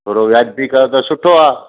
थोरो वियाजबी कयो त सुठो आहे